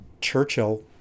Churchill